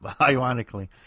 ironically